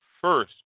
first